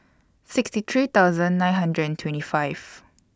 sixty three thousand nine hundred and twenty five